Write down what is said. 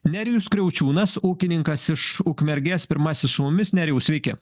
nerijus kriaučiūnas ūkininkas iš ukmergės pirmasis su mumis nerijau sveiki